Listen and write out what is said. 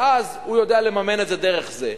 ואז הוא יודע לממן את זה דרך זה.